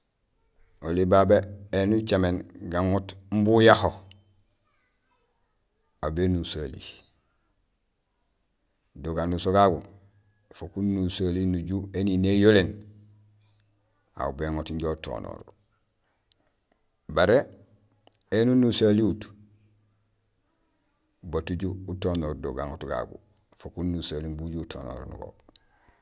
Oli babé éni ucaméén gaŋoot imbi ujaho, aw bénuso hali, do ganuso gagu fok unuso heli nuju énini éyoléén, aw béŋoot inja utonoor. Baré éni unosohalihut bat uju utonoor do gaŋoot gagu; fok unusohali imbi uju utonoor.